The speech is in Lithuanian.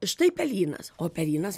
štai pelynas o pelynas